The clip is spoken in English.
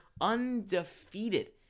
undefeated